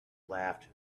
laughed